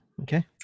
Okay